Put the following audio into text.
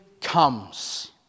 comes